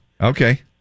Okay